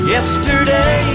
Yesterday